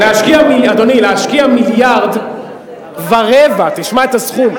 אדוני, להשקיע מיליארד ורבע, תשמע את הסכום.